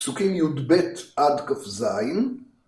פסוקים י"ב עד כ"ז